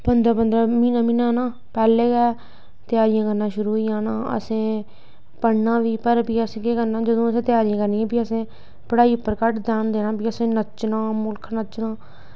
पंदरां पंदरां म्हीना म्हीना ना पैहलें गै त्यारियां करना शुरू होई जाना असें पढ़ना भी पर भी जेल्लै असें त्यारियां करनियां फ्ही असें पढ़ाई पर घट्ट ध्यान देना फ्ही असें नच्चना मुल्ख नच्चना